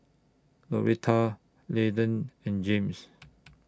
Doretha Landen and James